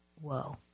Whoa